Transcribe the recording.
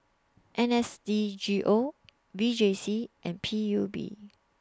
N S D G O V J C and P U B